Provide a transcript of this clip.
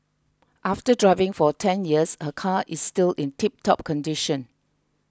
after driving for ten years her car is still in tiptop condition